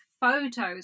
photos